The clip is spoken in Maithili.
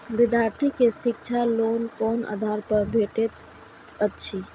विधार्थी के शिक्षा लोन कोन आधार पर भेटेत अछि?